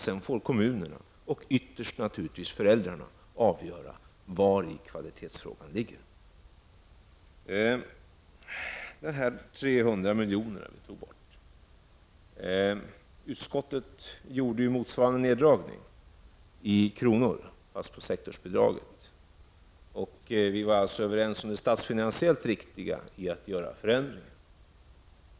Sedan får kommunerna, och ytterst föräldrarna, avgöra vari kvalitetsfrågan ligger. Så har vi de 300 milj.kr. som togs bort. Utskottet gjorde motsvarande neddragning i kronor på sektorsbidraget. Vi var överens om det statsfinansiellt riktiga i att göra förändringar.